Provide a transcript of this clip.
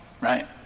Right